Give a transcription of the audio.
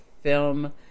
film